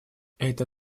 эта